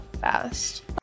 fast